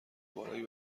بالایی